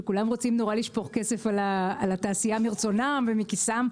שכולם רוצים נורא לשפוך כסף על התעשייה מרצונם ומכיסם.